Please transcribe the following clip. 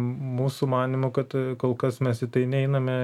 mūsų manymu kad kol kas mes į tai neiname